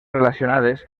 relacionades